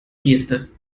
geste